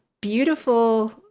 beautiful